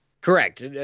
Correct